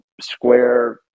square